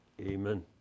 Amen